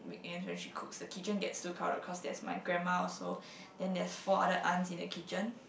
weekend when she cook the kitchen get crowded cause there's my grandma also then there's four other aunts in the kitchen